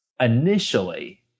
initially